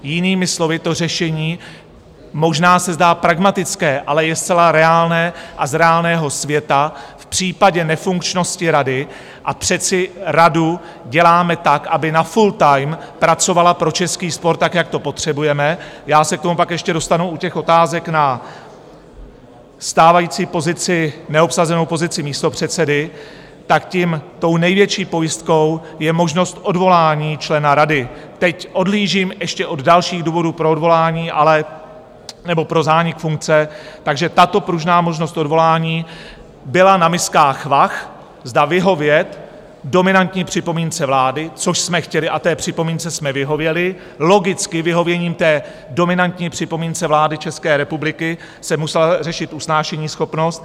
Jinými slovy, to řešení možná se zdá pragmatické, ale je zcela reálné a z reálného světa v případě nefunkčnosti rady, a přece radu děláme tak, aby na full time pracovala pro český sport tak, jak to potřebujeme já se k tomu pak ještě dostanu u otázek na stávající pozici, neobsazenou pozici místopředsedy tak tou největší pojistkou je možnost odvolání člena rady, teď odhlížím ještě od dalších důvodů pro odvolání nebo pro zánik funkce, takže tato pružná možnost odvolání byla na miskách vah, zda vyhovět dominantní připomínce vlády, což jsme chtěli, a té připomínce jsme vyhověli logicky vyhověním té dominantní připomínce vlády České republiky se musela řešit usnášeníschopnost.